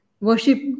worship